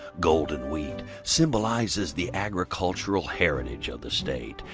golden wheat symbolizes the agricultural heritage of the state.